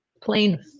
plain